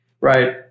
right